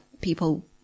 people